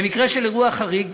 במקרה של אירוע חריג